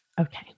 Okay